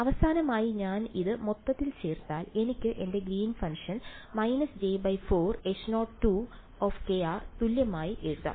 അവസാനമായി ഞാൻ ഇത് മൊത്തത്തിൽ ചേർത്താൽ എനിക്ക് എന്റെ ഗ്രീൻ ഫംഗ്ഷൻ − j4H0 തുല്യമായി എഴുതാം